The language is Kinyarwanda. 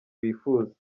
bifuza